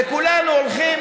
וכולנו הולכים